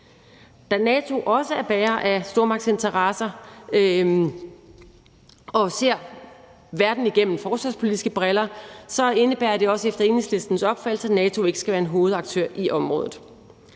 Da NATO også er bærer af stormagtsinteresser og ser verden igennem forsvarspolitiske briller, indebærer det også efter Enhedslistens opfattelse, at NATO ikke skal være en hovedaktør i området.